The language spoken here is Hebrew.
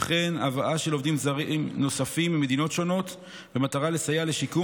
וכן הבאה של עובדים זרים נוספים ממדינות שונות במטרה לסייע לשיקום